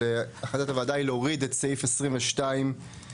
ההחלטת הוועדה היא להוריד את סעיף 22 ז'